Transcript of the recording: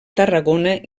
tarragona